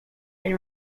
and